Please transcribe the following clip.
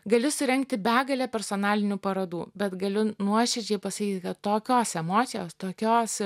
gali surengti begalę personalinių parodų bet galiu nuoširdžiai pasakyti kad tokios emocijos tokios